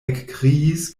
ekkriis